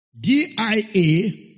D-I-A